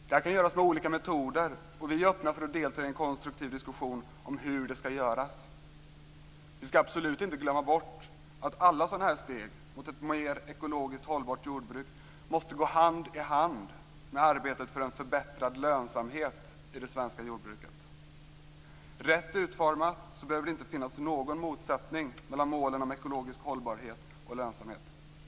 Detta kan göras med olika metoder, och vi är öppna för att delta i en konstruktiv diskussion om hur det skall göras. Vi skall absolut inte glömma bort att alla sådana steg mot ett mer ekologiskt hållbart jordbruk måste gå hand i hand med arbetet för en förbättrad lönsamhet i det svenska jordbruket. Rätt utformat behöver det inte finnas någon motsättning mellan målen om ekologisk hållbarhet och lönsamhet.